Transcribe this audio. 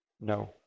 no